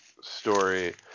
story